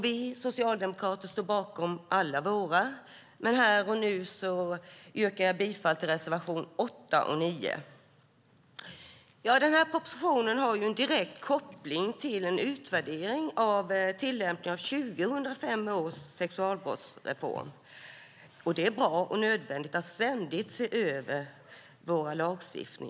Vi socialdemokrater står bakom alla våra, men här och nu yrkar jag bifall endast till reservationerna 8 och 9. Propositionen har en direkt koppling till en utvärdering av tillämpningen av 2005 års sexualbrottsreform. Det är bra och nödvändigt att ständigt se över vår lagstiftning.